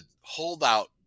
holdout